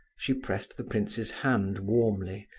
she pressed the prince's hand warmly,